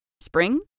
Spring